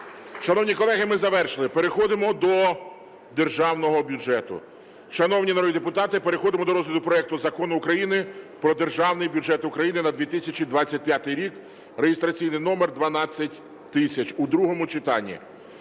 Шановні колеги, ми завершили, переходимо до державного бюджету. Шановні народні депутати, переходимо до розгляду проекту Закону України про Державний бюджет України на 2025 рік (реєстраційний номер 12000) у другому читанні.